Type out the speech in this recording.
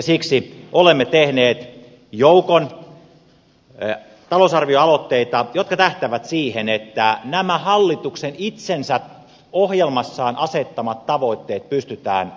siksi olemme tehneet joukon talousarvioaloitteita jotka tähtäävät siihen että nämä hallituksen itsensä ohjelmassaan asettamat tavoitteet pystytään toteuttamaan